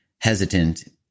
hesitant